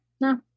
No